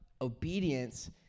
obedience